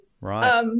Right